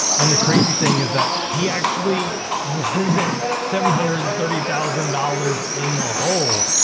and the crazy thing is that he actually wasn't seven hundred and thirty thousand dollars in the hole.